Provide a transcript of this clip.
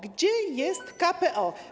Gdzie jest KPO?